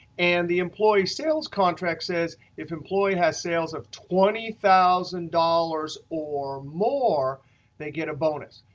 and the employee sales contract says, if employee has sales of twenty thousand dollars or more they get a bonus.